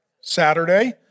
Saturday